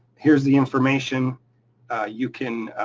here's the information you can.